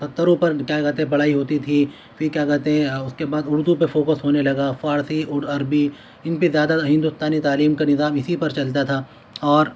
پتھروں پر کیا کہتے پڑھائی ہوتی تھی پھر کیا کہتے ہیں اس کے بعد اردو پہ فوکس ہونے لگا فارسی اور عربی ان کے پہ زیادہ ہندوستانی تعلیم کا نظام اسی پر چلتا تھا اور